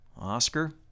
Oscar